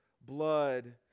blood